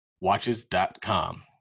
watches.com